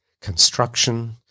construction